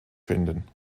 finden